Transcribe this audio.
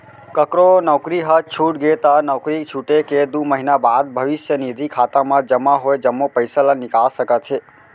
ककरो नउकरी ह छूट गे त नउकरी छूटे के दू महिना बाद भविस्य निधि खाता म जमा होय जम्मो पइसा ल निकाल सकत हे